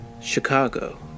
Chicago